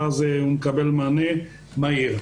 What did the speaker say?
ואז הוא מקבל מענה מהיר.